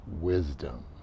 wisdom